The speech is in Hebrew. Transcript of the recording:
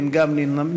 אין גם נמנעים.